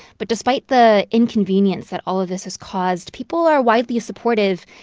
but despite the inconvenience that all of this has caused, people are widely supportive,